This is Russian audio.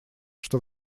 что